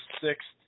sixth